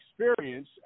experience